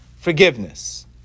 forgiveness